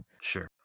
Sure